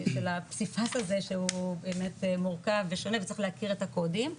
הפסיפס הזה שהוא באמת מורכב ושונה וצריך להכיר את הקודים,